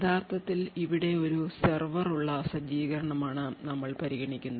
യഥാർത്ഥത്തിൽ ഇവിടെ ഒരു സെർവർ ഉള്ള സജ്ജീകരണമാണ് നമ്മൾ പരിഗണിക്കുന്നത്